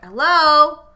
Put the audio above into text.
hello